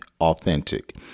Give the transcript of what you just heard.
authentic